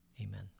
amen